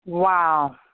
Wow